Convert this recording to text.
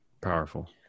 powerful